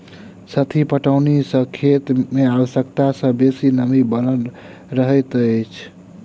सतही पटौनी सॅ खेत मे आवश्यकता सॅ बेसी नमी बनल रहैत अछि